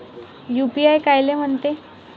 UPI कायले म्हनते?